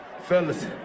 Fellas